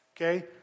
okay